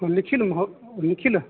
निखिलः महो निखिलः